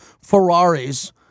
Ferraris